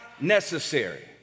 necessary